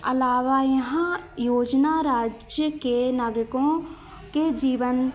अलावा यहाँ योजना राज्य के नागरिकों के जीवन